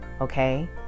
okay